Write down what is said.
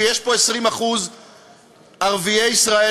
שיש פה 20% ערביי ישראל,